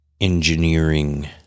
engineering